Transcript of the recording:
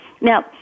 Now